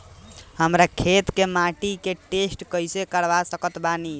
हमरा खेत के माटी के टेस्ट कैसे करवा सकत बानी?